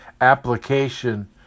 application